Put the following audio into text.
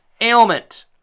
ailment